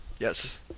yes